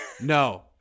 No